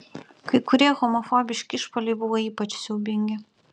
kai kurie homofobiški išpuoliai buvo ypač siaubingi